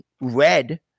red